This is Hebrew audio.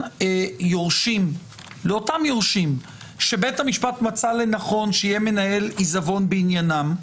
יורשים שבית המשפט מצא לנכון שיהיה מנהל עיזבון בעניינם.